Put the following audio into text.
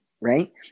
right